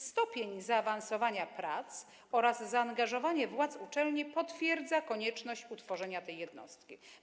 Stopień zaawansowania prac oraz zaangażowanie władz uczelni potwierdzają konieczność utworzenia tej jednostki.